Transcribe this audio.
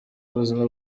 buzima